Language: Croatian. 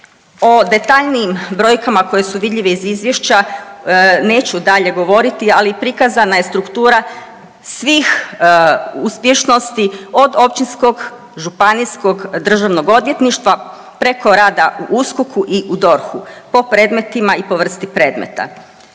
O detaljnijim brojkama koje su vidljive iz Izvješća neću dalje govoriti, ali prikazana je struktura svih uspješnosti, od Općinskog, Županijskog državnog odvjetništva, preko rada u USKOK-u i u DORH-u po predmetima i po vrsti predmeta.